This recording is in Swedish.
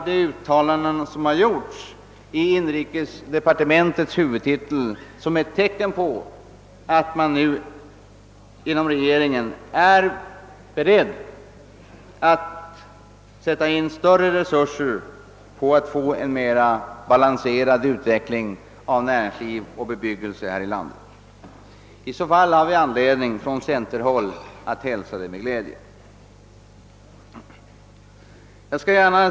De uttalanden som gjorts under inrikesdepartementets huvudtitel uppfattar jag som ett tecken på att man inom regeringen är beredd att sätta in större resurser på att få till stånd en mera balanserad utveckling av näringslivet och bebyggelsen här i landet. I så fall har vi från centerhåll anledning att hälsa detta med tillfredsställelse.